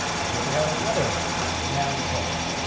and here we have another noun clause.